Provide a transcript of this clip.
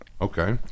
okay